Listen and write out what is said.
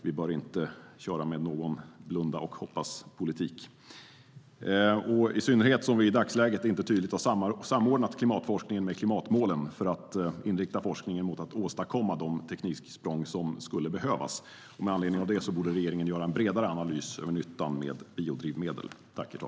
Vi bör inte köra med någon blunda och-hoppas-politik, i synnerhet som vi i dagsläget inte tydligt har samordnat klimatforskningen med klimatmålen för att inrikta forskningen mot att åstadkomma de tekniksprång som skulle behövas. Med anledning av det borde regeringen göra en bredare analys av nyttan med biodrivmedlen.